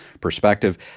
perspective